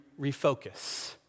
refocus